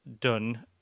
done